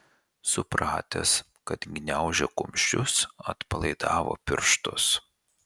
supratęs kad gniaužia kumščius atpalaidavo pirštus